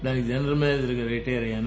దానికి జనరల్ మేనేజర్గా రిటైర్ అయ్యాను